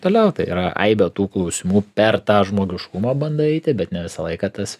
toliau tai yra aibė tų klausimų per tą žmogiškumą bandai eiti bet ne visą laiką tas